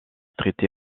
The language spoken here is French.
traité